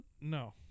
No